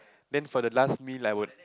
then for the last meal I would